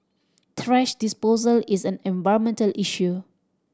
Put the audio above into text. thrash disposal is an environmental issue